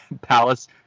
Palace